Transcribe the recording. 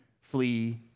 flee